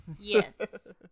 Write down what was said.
Yes